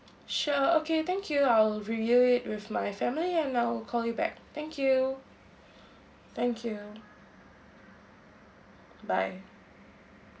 sure okay thank you I'll review it with my family and I will call you back thank you thank you bye